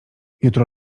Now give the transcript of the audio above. jutro